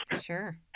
Sure